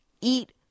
eat